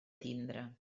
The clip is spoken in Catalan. tindre